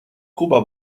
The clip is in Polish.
kuba